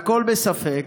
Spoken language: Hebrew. והכול בספק.